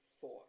thought